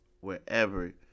wherever